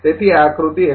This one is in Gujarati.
તેથી આ આકૃતિ ૧